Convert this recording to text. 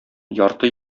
ярты